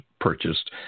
purchased